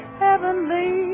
heavenly